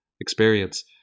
experience